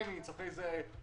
ואז הלכו לבית המשפט העליון.